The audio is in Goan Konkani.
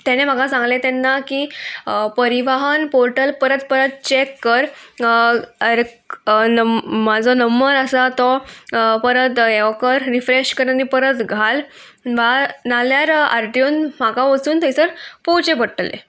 तेणें म्हाका सांगलें तेन्ना की परिवन पोर्टल परत परत चॅक कर म्हाजो नंबर आसा तो परत यो कर रिफ्रेश कर आनी परत घाल वा नाल्यार आरटीवन म्हाका वचून थंयसर पोवचें पडटलें